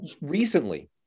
recently